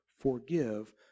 forgive